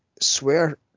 swear